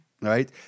right